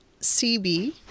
CB